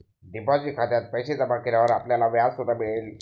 deposit खात्यात पैसे जमा केल्यावर आपल्याला व्याज सुद्धा मिळेल